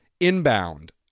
inbound